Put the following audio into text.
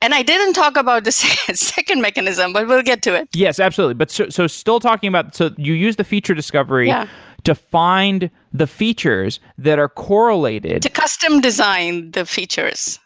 and i didn't talk about the second mechanism, but we'll get to it. yes, absolutely. but so so still talking about so you used the feature discovery yeah to find the features that are correlated to custom design the features